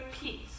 peace